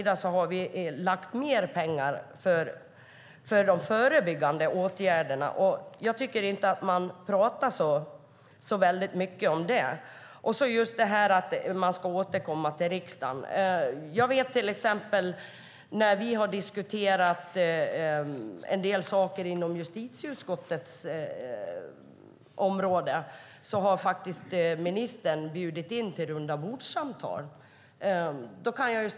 Det pratas inte så mycket om det. Vi har lagt mer pengar på förebyggande åtgärder. När vi har diskuterat frågor inom justitieutskottets område har ministern bjudit in till rundabordssamtal.